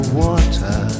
water